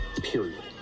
period